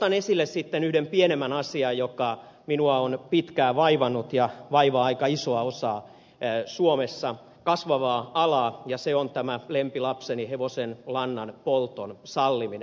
nostan esille sitten yhden pienemmän asian joka minua on pitkään vaivannut ja vaivaa aika isoa osaa suomessa kasvavaa alaa ja se on tämä lempilapseni hevosenlannan polton salliminen